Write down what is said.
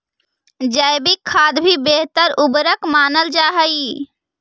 जैविक खाद भी बेहतर उर्वरक मानल जा हई